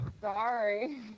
sorry